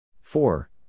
four